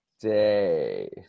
day